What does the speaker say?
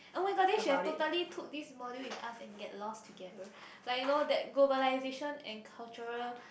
oh-my-god then should have totally took this module with us and get lost together like you know that globalization and cultural